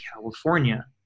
California